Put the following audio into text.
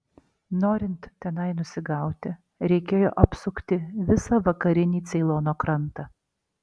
norint tenai nusigauti reikėjo apsukti visą vakarinį ceilono krantą